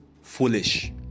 foolish